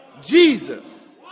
Jesus